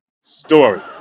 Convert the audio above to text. story